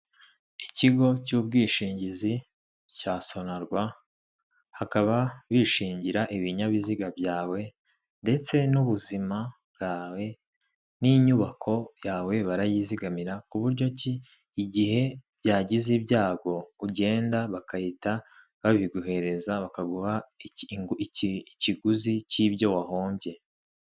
Ikigo cy'ubwishingizi cya Sonarwa, bakaba bishingira ibinyabiziga byawe ndetse n'ubuzima bwawe n'inyubako yawe barayizigamira, ku buryo ki igihe byagize ibyago ugenda bagahita babiguhereza, bakaguha ikiguzi cy'ibyo wahombye.